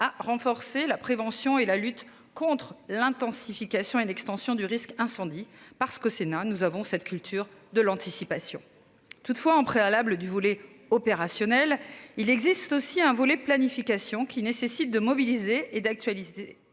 à renforcer la prévention et la lutte contre l'intensification et l'extension du risque incendie. Parce qu'au Sénat, nous avons cette culture de l'anticipation toutefois en préalable du volet opérationnel. Il existe aussi un volet planification qui nécessite de mobiliser et d'actualiser